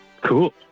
Cool